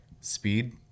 speed